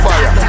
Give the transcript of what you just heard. Fire